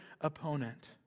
opponent